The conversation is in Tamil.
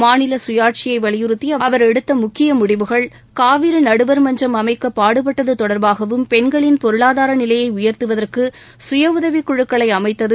மாநில சுயாட்சியை வலியுறுத்தி அவர் எடுத்த முக்கிய முடிவுகள் காவிரி நடுவர் மன்றம் அமைக்க பாடுபட்டது தொடர்பாகவும் பெண்களின் பொருளாதார நிலையை உயர்த்துவதற்கு சுய உதவிக் குழுக்களை அமைத்தது